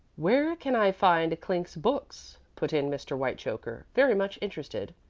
where can i find clink's books? put in mr. whitechoker, very much interested.